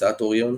הוצאת אוריון.